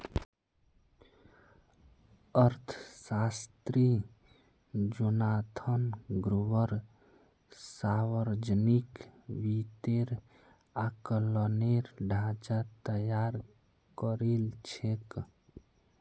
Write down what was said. अर्थशास्त्री Jonathan Gruber सावर्जनिक वित्तेर आँकलनेर ढाँचा तैयार करील छेक